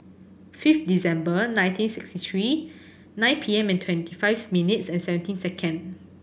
fifth December nineteen sixty three nine P M and twenty five minutes and seventeen seconds